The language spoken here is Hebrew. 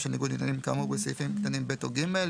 של ניגוד עניינים כאמור בסעיפים קטנים (ב) או (ג),